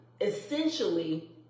Essentially